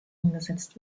umgesetzt